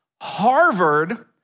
Harvard